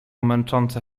męczące